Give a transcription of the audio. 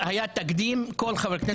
היה תקדים, כל חבר כנסת שרוצה להגיש, תאפשר לו.